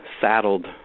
saddled